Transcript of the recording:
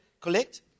collect